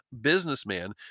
businessman